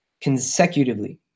consecutively